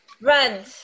Red